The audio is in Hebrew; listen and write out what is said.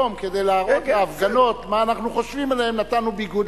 היום כדי להראות להפגנות מה אנחנו חושבים עליהם נתנו ביגוד,